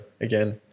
again